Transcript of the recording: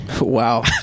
Wow